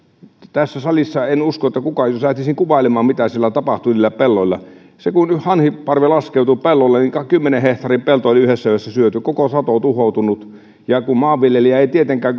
tässä salissa en usko että kukaan uskoisi jos lähtisin kuvailemaan mitä siellä niillä pelloilla tapahtui kun hanhiparvi laskeutuu pellolle niin kymmenen hehtaarin pelto on yhdessä yössä syöty koko sato tuhoutunut ja kun maanviljelijä ei tietenkään